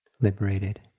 liberated